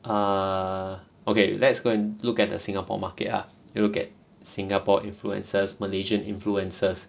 err okay let's go and look at the singapore market ah look at singapore influencers malaysian influencers